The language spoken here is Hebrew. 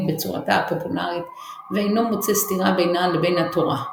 בצורתה הפופולרית ואינו מוצא סתירה בינה לבין התורה.